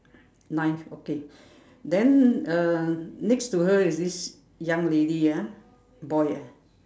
knife okay then uh next to her is this young lady ah boy ah